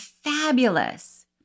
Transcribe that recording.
fabulous